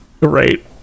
Right